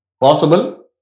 possible